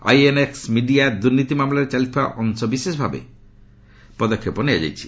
INX media ଦୁର୍ନୀତି ମାମଲାରେ ଚାଲିଥିବା ତଦନ୍ତ ଅଂଶବିଶେଷ ଭାବେ ଏହି ପଦକ୍ଷେପ ନିଆଯାଇଛି